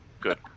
good